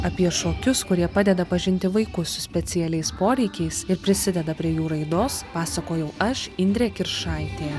apie šokius kurie padeda pažinti vaikus su specialiais poreikiais ir prisideda prie jų raidos pasakojau aš indrė kiršaitė